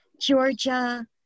Georgia